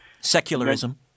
Secularism